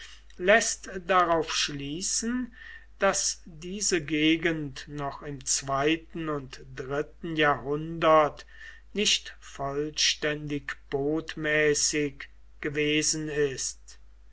läßt darauf schließen daß diese gegend noch im zweiten und dritten jahrhundert nicht vollständig botmäßig gewesen ist